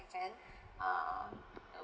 second err